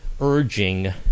urging